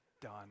done